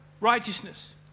righteousness